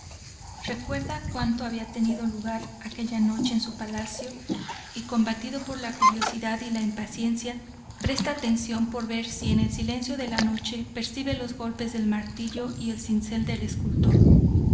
recuerda cuando había tenido lugar aquella noche en su palacio y combatido por la curiosidad y la impaciencia presta atención por ver si en el silencio de la noche percibe los golpes del martillo y el cincel del escultor